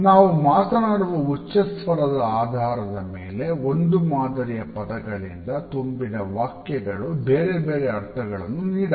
ನಾವು ಮಾತನಾಡುವ ಉಚ್ಚಸ್ವರದ ಆದರದ ಮೇಲೆ ಒಂದು ಮಾದರಿಯ ಪದಗಳಿಂದ ತುಂಬಿದ ವಾಖ್ಯಗಳು ಬೇರೆ ಬೇರೆ ಅರ್ಥಗಳ್ಳನ್ನು ನೀಡಬಹುದು